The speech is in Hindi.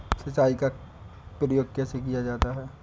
सिंचाई का प्रयोग कैसे किया जाता है?